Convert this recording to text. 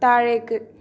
താഴേക്ക്